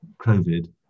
COVID